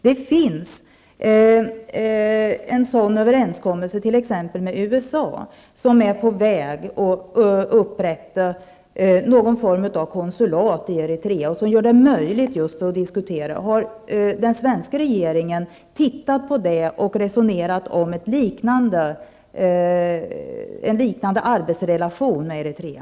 Det finns en sådan överenskommelse med t.ex. USA, som är på väg att upprätta någon form av konsulat i Eritrea, vilket gör det möjligt att diskutera. Har den svenska regeringen tittat på detta och resonerat om en liknande arbetsrelation med Eritrea?